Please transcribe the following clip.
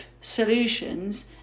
solutions